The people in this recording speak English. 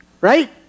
right